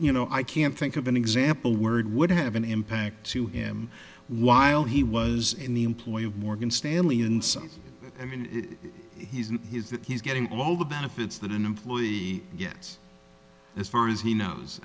you know i can't think of an example word would have an impact to him while he was in the employ of morgan stanley and so i mean he's in his that he's getting all the benefits that an employee gets as far as he knows